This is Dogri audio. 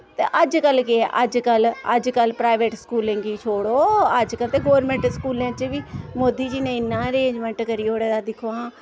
ते अज्जकल केह् ऐ अज्जकल अज्जकल प्राइवेट स्कूलें गी छोड़ो अज्जकल ते गोरमैंट स्कूलें च बी मोदी जी नै इन्ना अरेंजमैंट करी ओड़ेदा दिक्खो हां